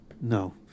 No